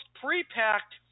pre-packed